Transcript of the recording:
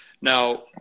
Now